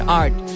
art